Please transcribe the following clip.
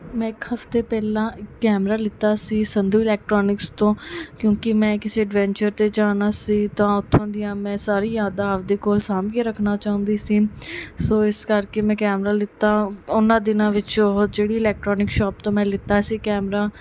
ਮੈਂ ਇੱਕ ਹਫਤੇ ਪਹਿਲਾਂ ਇੱਕ ਕੈਮਰਾ ਲਿਆ ਸੀ ਸੰਧੂ ਇਲੈਕਟਰੋਨਿਕਸ ਤੋਂ ਕਿਉਂਕਿ ਮੈਂ ਕਿਸੇ ਅਡਵੈਂਚਰ 'ਤੇ ਜਾਣਾ ਸੀ ਤਾਂ ਉਥੋਂ ਦੀਆਂ ਮੈਂ ਸਾਰੀ ਯਾਦਾਂ ਆਪਣੇ ਕੋਲ ਸਾਂਭ ਕੇ ਰੱਖਣਾ ਚਾਹੁੰਦੀ ਸੀ ਸੋ ਇਸ ਕਰਕੇ ਮੈਂ ਕੈਮਰਾ ਲਿਆ ਉਹਨਾਂ ਦਿਨਾਂ ਵਿੱਚ ਉਹ ਜਿਹੜੀ ਇਲੈਕਟਰੋਨਿਕ ਸ਼ੋਪ ਤੋਂ ਮੈਂ ਲਿਆ ਸੀ ਕੈਮਰਾ